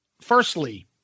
Firstly